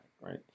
right